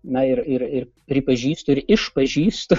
na ir ir pripažįstu ir išpažįstu